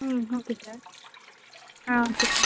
ம் okay sir ah okay sir